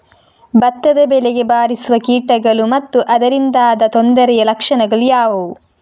ಭತ್ತದ ಬೆಳೆಗೆ ಬಾರಿಸುವ ಕೀಟಗಳು ಮತ್ತು ಅದರಿಂದಾದ ತೊಂದರೆಯ ಲಕ್ಷಣಗಳು ಯಾವುವು?